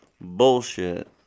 bullshit